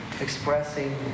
expressing